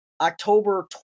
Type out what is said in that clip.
October